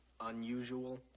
unusual